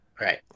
Right